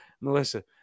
Melissa